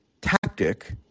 tactic